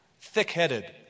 thick-headed